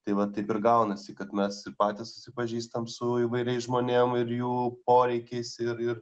tai va taip ir gaunasi kad mes patys susipažįstam su įvairiais žmonėm ir jų poreikiais ir ir